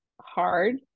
hard